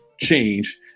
change